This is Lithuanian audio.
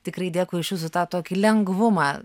tikrai dėkui už jūsų tą tokį lengvumą